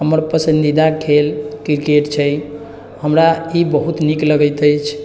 हमर पसन्दीदा खेल क्रिकेट छै हमरा ई बहुत नीक लगैत अछि